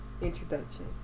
introduction